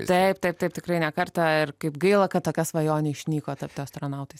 taip taip taip tikrai ne kartą ir kaip gaila kad tokia svajonė išnyko tapti astronautais